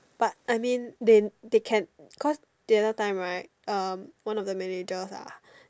but I mean they they can cause the other time right um one of the manager ah